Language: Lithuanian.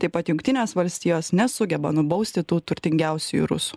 taip pat jungtinės valstijos nesugeba nubausti tų turtingiausiųjų rusų